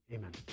Amen